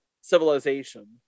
civilization